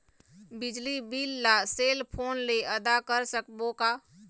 बिजली बिल ला cell phone से आदा कर सकबो का?